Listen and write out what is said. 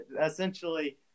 Essentially